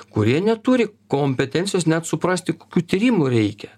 kurie neturi kompetencijos net suprasti kokių tyrimų reikia